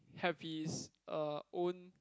have his uh own